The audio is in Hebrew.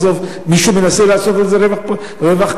בסוף מישהו מנסה לעשות על זה רווח כלכלי,